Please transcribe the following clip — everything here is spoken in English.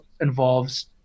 involves